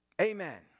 Amen